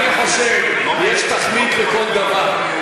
אני חושב שיש תכלית לכל דבר.